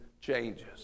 changes